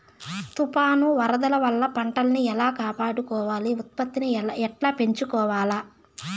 తుఫాను, వరదల వల్ల పంటలని ఎలా కాపాడుకోవాలి, ఉత్పత్తిని ఎట్లా పెంచుకోవాల?